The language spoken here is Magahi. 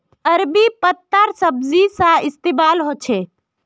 अरबी पत्तार सब्जी सा इस्तेमाल होछे